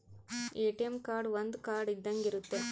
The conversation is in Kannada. ಎ.ಟಿ.ಎಂ ಕಾರ್ಡ್ ಒಂದ್ ಕಾರ್ಡ್ ಇದ್ದಂಗೆ ಇರುತ್ತೆ